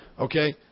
Okay